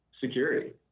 security